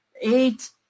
eight